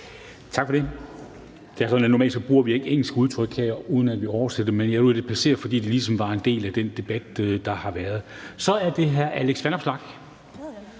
at vi normalt ikke bruger engelske udtryk her, uden at vi oversætter det, men jeg lod det passere, fordi det ligesom var en del af den debat, der har været. Så er det hr. Alex Vanopslagh.